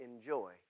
enjoy